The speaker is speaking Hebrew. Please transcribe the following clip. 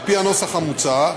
על-פי הנוסח המוצע,